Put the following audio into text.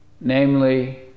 namely